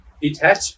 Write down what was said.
detach